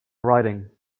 writing